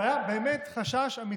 היה באמת חשש אמיתי.